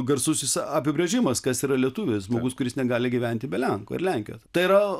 garsusis apibrėžimas kas yra lietuvis žmogus kuris negali gyventi be lenkų ir lenkijos tai yra